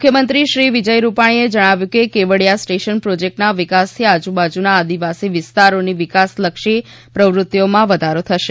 મુખ્યમંત્રી શ્રી વિજય રૂપાણીએ જણાવ્યું કે કેવડીયા સ્ટેશન પ્રોજેકટના વિકાસથી આજુબાજુના આદિવાસી વિસ્તારોની વિકાસલક્ષી પ્રવૃતિઓમાં વધારો થશે